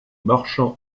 marchand